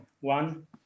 One